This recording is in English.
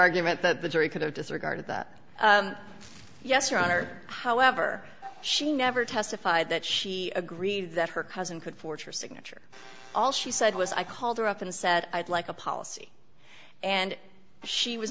argument that the jury could have disregarded that yes your honor however she never testified that she agreed that her cousin could forge her signature all she said was i called her up and said i'd like a policy and she was